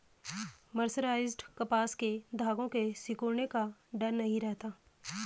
mercerised कपास के धागों के सिकुड़ने का डर नहीं रहता